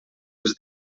els